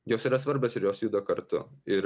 jos yra svarbios ir jos juda kartu ir